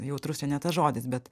jautrus čia ne tas žodis bet